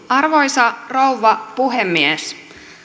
arvoisa rouva puhemies